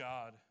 God